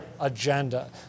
Agenda